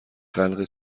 خلق